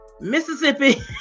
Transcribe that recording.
mississippi